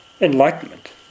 enlightenment